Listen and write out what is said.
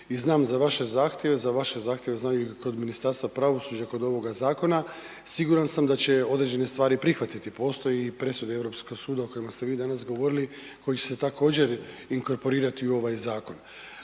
i znam za vaše zahtjeve, za vaše zahtjeve znam i kod Ministarstva pravosuđa i kod ovoga zakona, siguran sam da će određene stvari prihvatiti, postoje presude Europskog suda o kojima ste vi danas govorili, koje će se također inkorporirati u ovaj zakon.